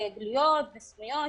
גלויות וסמויות,